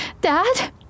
Dad